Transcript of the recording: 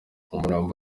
umurambo